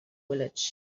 village